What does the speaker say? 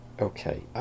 okay